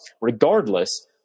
regardless